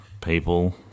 people